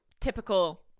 typical